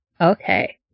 Okay